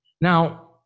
now